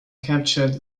captured